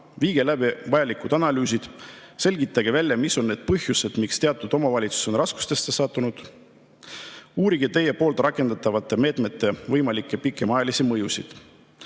viige läbi vajalikud analüüsid, selgitage välja, mis on põhjused, miks teatud omavalitsused on raskustesse sattunud, uurige teie rakendatavate meetmete võimalikke pikemaajalisi mõjusid.